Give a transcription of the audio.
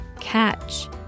Catch